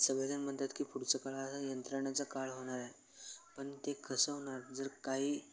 सगळेजण म्हणतात की पुढचं काळ हा यंत्रणेचं काळ होणार आहे पण ते कसं होणार जर काही